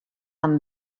amb